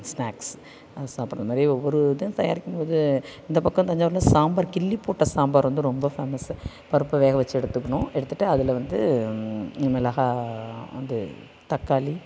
snacks அது சாப்பிடுற மாதிரி ஒவ்வொரு இதுவும் தயாரிக்கும் போது இந்த பக்கம் தஞ்சாவூரில் சாம்பார் கிள்ளி போட்ட சாம்பார் வந்து ரொம்ப ஃபேமஸு பருப்பை வேக வச்சு எடுத்துக்கணும் எடுத்துகிட்டு அதில் வந்து மிளகாய் அது தக்காளி